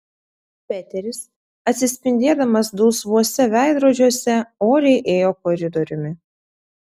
peteris atsispindėdamas dulsvuose veidrodžiuose oriai ėjo koridoriumi